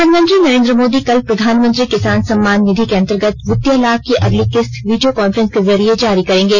प्रधानमंत्री नरेंद्र मोदी कल प्रधानमंत्री किसान सम्मान निधि के अंतर्गत वित्तीय लाभ की अगली किस्त वीडियो कॉन्फ्रेंस के जरिए जारी करेंगे